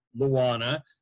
Luana